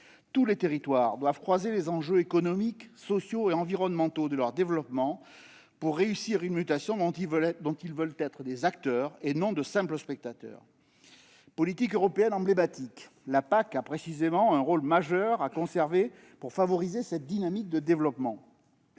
Tous les territoires doivent croiser les enjeux économiques, sociaux et environnementaux de leur développement, pour réussir une mutation dont ils veulent être acteurs, et non simples spectateurs. Politique européenne emblématique, la PAC a précisément un rôle majeur à conserver pour favoriser cette dynamique de développement.